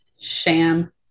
sham